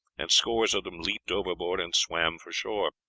and scores of them leaped overboard and swam for shore.